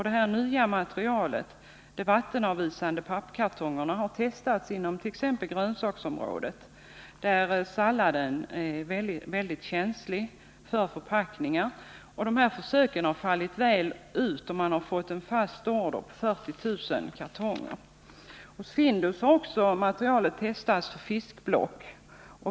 Det nya materialet, de vattenavvisande pappkartongerna, har testats inom t.ex. grönsaksområdet — sallad är väldigt känslig för förpackningar. Dessa försök har fallit väl ut, och man har fått en fast order på 40 000 kartonger. Hos Findus har materialet testats för fiskblock.